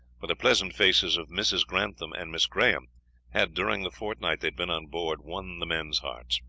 for the pleasant faces of mrs. grantham and miss graham had, during the fortnight they had been on board, won the men's hearts.